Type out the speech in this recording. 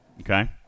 Okay